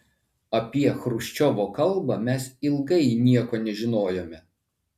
apie chruščiovo kalbą mes ilgai nieko nežinojome